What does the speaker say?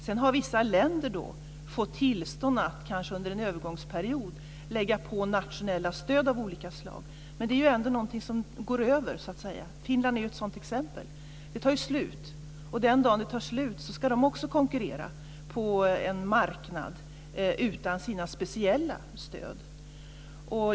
Sedan har vissa länder fått tillstånd, kanske under en övergångsperiod, att lägga på nationella stöd av olika slag. Men det är ändå något som så att säga går över. Finland är ett sådant exempel. Det tar slut. Den dag det tar slut ska man också konkurrera på en marknad utan sina speciella stöd.